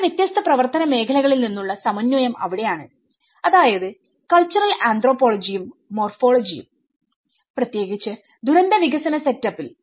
രണ്ട് വ്യത്യസ്ത പ്രവർത്തന മേഖലകളിൽ നിന്നുള്ള സമന്വയം അവിടെയാണ് അതായത് കൾച്ചറൽ ആന്ത്രോപോളജിയും മോർഫോളജിയുംപ്രത്യേകിച്ച് ദുരന്ത വികസന സെറ്റപ്പിൽ